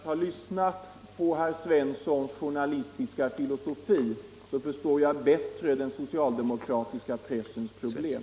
Herr talman! Efter att ha lyssnat på herr Svensson i Eskilstuna journalistiska filosofi förstår jag bättre den socialdemokratiska pressens problem.